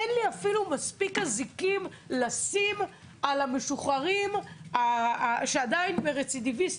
אין לי אפילו מספיק אזיקים לשים על המשוחררים שעדיין הם רצידיביסטים.